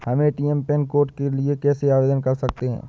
हम ATM pin code के लिए कैसे आवेदन कर सकते हैं?